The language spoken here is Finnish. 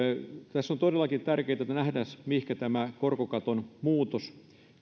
tässä on todellakin tärkeätä nähdä mihinkä tämä korkokaton muutos